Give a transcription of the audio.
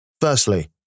Firstly